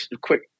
quick